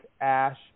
ash